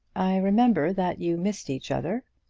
i remember that you missed each other.